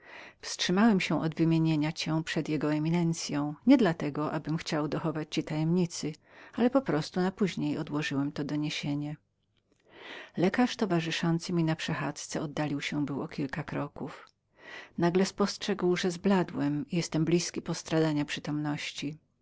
wstrzymałem się od wymienienia cię przed jego eminencyą nie dla tego abym chciał dochować ci tajemnicy ale na później odłożyłem to doniesienie lekarz towarzyszący mi na przechadzce oddalił się był o kilka kroków nagle spostrzegł że bladłem i byłem blizkim postradania przytomności